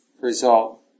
result